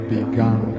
begun